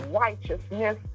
righteousness